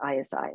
ISI